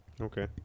Okay